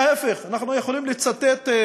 ההפך, אנחנו יכולים לצטט: